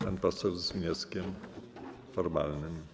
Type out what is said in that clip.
Pan poseł z wnioskiem formalnym.